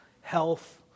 health